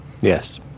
Yes